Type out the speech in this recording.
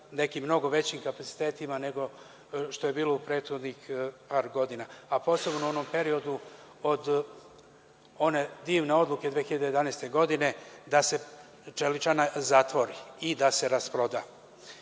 nekim mnogo većim kapacitetima nego što je bilo u prethodnih par godina, a posebno u onom periodu od one divne odluke 2011. godine da se čeličana zatvori i da se rasproda? Šta